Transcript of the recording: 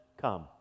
Come